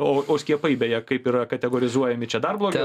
o o skiepai beje kaip yra kategorizuojami čia dar blogiau